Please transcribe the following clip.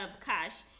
cash